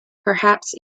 perhaps